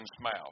mouth